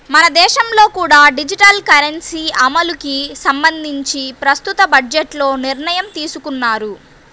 మన దేశంలో కూడా డిజిటల్ కరెన్సీ అమలుకి సంబంధించి ప్రస్తుత బడ్జెట్లో నిర్ణయం తీసుకున్నారు